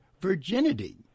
virginity